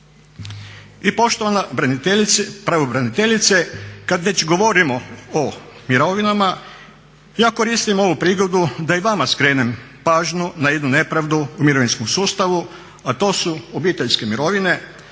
I poštovana pravobraniteljice kad već govorimo o mirovinama ja koristim ovu prigodu da i vama skrenem pažnju na jednu nepravdu u mirovinskom sustavu, a to su obiteljske mirovine